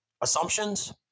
assumptions